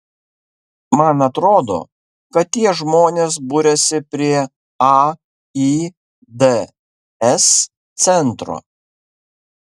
man atrodo kad tie žmonės buriasi prie aids centro